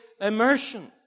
immersion